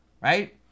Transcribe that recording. right